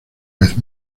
vez